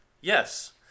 Yes